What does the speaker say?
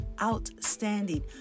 Outstanding